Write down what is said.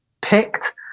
picked